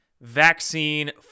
vaccine